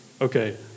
Okay